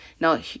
Now